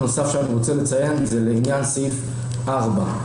לעניין סעיף 4,